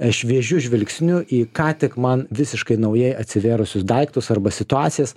šviežiu žvilgsniu į ką tik man visiškai naujai atsivėrusius daiktus arba situacijas